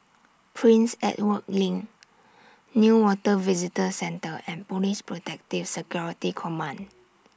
Prince Edward LINK Newater Visitor Centre and Police Protective Security Command